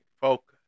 focus